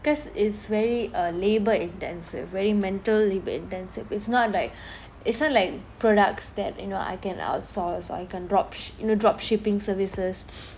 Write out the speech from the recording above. because it's very uh labor intensive very mental labour intensive it's not like it's not like products that you know I can outsource or I can drop sh~ you know drop shipping services